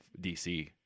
DC